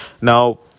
Now